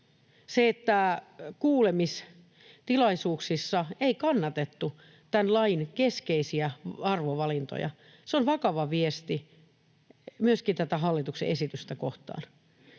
Se, että kuulemistilaisuuksissa ei kannatettu tämän lain keskeisiä arvovalintoja, on vakava viesti myöskin tätä hallituksen esitystä kohtaan.